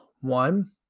one